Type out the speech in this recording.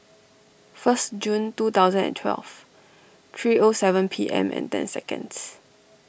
first June two thousand and twelve three O seven P M and ten seconds